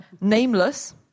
Nameless